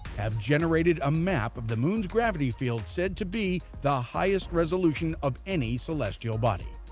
have generated a map of the moon's gravity field said to be the highest resolution of any celestial body.